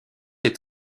est